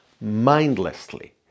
mindlessly